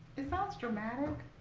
it sounds dramatic,